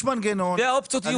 אלה האופציות.